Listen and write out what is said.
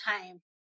time